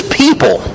people